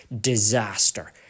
disaster